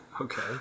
okay